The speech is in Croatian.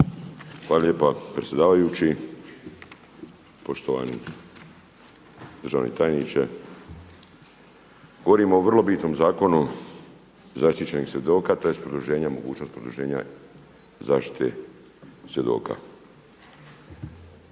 Hvala lijepo predsjedavajući. Poštovani državni tajniče. Govorim o vrlo bitnom zakonu zaštićenih svjedoka, tj. mogućnost produženja zaštite svjedoka.